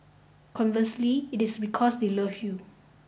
conversely it is because they love you